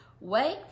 Wait